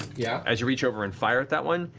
yeah as you reach over and fire at that one,